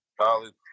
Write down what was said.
college